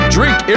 Drink